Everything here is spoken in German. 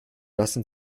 lassen